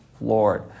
Lord